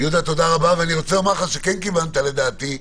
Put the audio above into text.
כן כיוונת לדעתי,